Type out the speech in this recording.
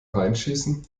reinschießen